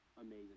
amazing